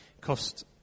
cost